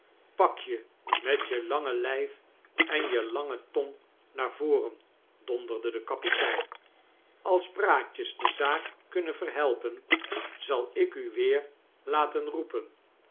je met je lange lyf en je langetong naar voren donderde de kapitein als praatjes de zaak kunnen verhelpen zal ik u weer laten roepen